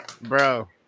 bro